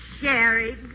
Sherry